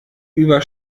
über